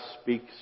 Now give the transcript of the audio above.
speaks